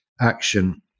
action